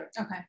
okay